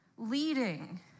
Leading